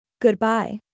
Goodbye